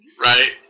Right